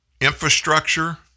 infrastructure